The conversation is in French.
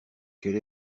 quelle